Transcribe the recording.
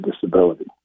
disability